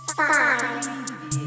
five